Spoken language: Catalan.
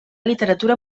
literatura